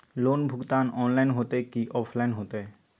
Loan भुगतान online होतई कि ऑफलाइन होतई?